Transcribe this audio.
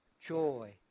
Joy